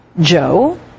Joe